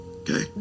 Okay